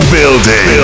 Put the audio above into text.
Building